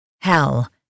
hell